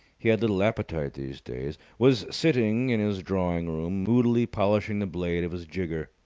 he had little appetite these days was sitting in his drawing-room, moodily polishing the blade of his jigger.